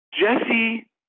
Jesse